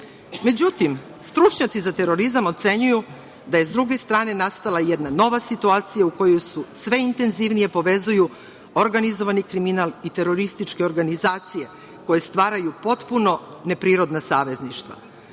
stručnjaci za terorizam ocenjuju da je, s druge strane, nastala jedna nova situacija u kojoj se sve intenzivnije povezuju organizovani kriminal i terorističke organizacije koje stvaraju potpuno neprirodna savezništva.U